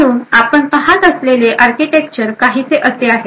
म्हणून आपण पहात असलेले आर्किटेक्चर काहीसे असे आहे